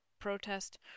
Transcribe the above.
protest